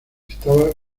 estaba